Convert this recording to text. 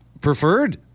preferred